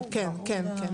כן, כן, כן.